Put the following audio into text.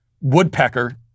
woodpecker